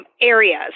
Areas